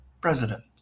president